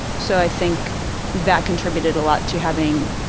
so i think that contributed a lot to having,